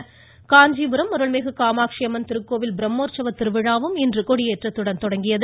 காஞ்சிபுரம் காஞ்சிபுரம் அருள்மிகு காமாட்சியம்மன் திருக்கோவில் பிரம்மோற்சவ திருவிழா இன்று கொடியேற்றத்துடன் தொடங்கியது